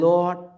Lord